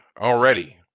already